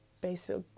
basic